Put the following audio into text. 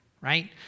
right